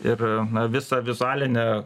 ir na visą vizualinę